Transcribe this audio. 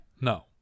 no